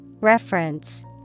Reference